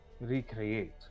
recreate